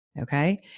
okay